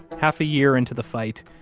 half a year into the fight,